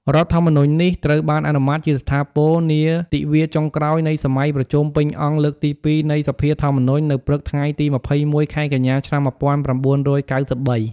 រដ្ឋធម្មនុញ្ញនេះ ត្រូវបានអនុម័តជាស្ថាពរនាទិវាចុងក្រោយនៃសម័យប្រជុំពេញអង្គលើកទី២ នៃ សភាធម្មនុញ្ញនៅព្រឹកថ្ងៃទី២១ ខែកញ្ញា ឆ្នាំ១៩៩៣។